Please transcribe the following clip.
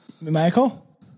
Michael